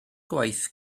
gwaith